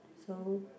so